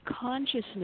consciousness